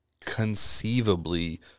conceivably